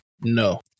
No